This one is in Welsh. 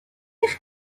eich